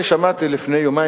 אני שמעתי לפני יומיים,